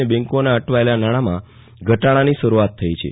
અને બેંકોના અટવાયેલા નાણામાં ઘટાડાની શરૂઆત થઇ છે